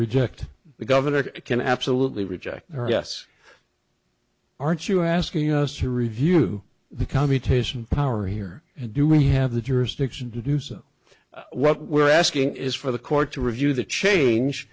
reject the governor can absolutely reject her yes aren't you asking us to review the commutation power here and do we have the jurisdiction to do so what we're asking is for the court to review the change